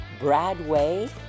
Bradway